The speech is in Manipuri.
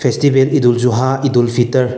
ꯐꯦꯁꯇꯤꯚꯦꯜ ꯏꯗꯨꯜ ꯖꯨꯍꯥ ꯏꯗꯨꯜ ꯐꯤꯇꯔ